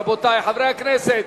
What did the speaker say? רבותי חברי הכנסת,